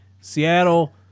Seattle